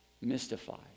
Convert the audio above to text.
mystified